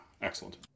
Excellent